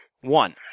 One